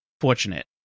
Fortunate